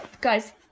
guys –